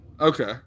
Okay